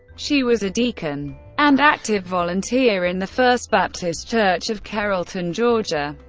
she was a deacon and active volunteer in the first baptist church of carrollton, georgia.